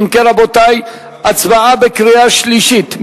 אם כן, רבותי, הצבעה בקריאה שלישית.